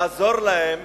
לעזור להם